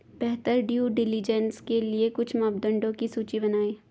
बेहतर due diligence के लिए कुछ मापदंडों की सूची बनाएं?